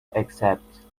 accept